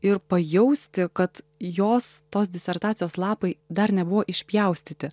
ir pajausti kad jos tos disertacijos lapai dar nebuvo išpjaustyti